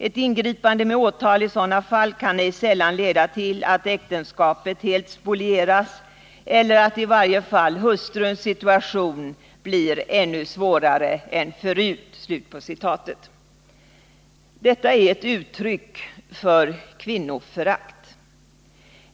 Ett ingripande med åtal i sådana fall kan ej sällan leda till, att äktenskapet helt spolieras eller att i varje fall hustruns situation blir ännu svårare än förut.” Detta är ett uttryck för kvinnoförakt.